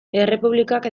errepublikak